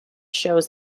shows